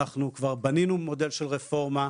אנחנו כבר בנינו מודל של רפורמה,